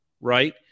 right